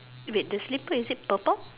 wait the slipper is it purple